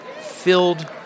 filled